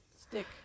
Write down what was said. Stick